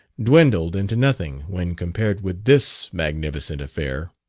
dwindled into nothing when compared with this magnificent affair.